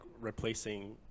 replacing